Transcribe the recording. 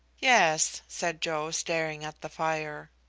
yes, said joe, staring at the fire.